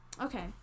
okay